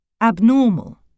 Abnormal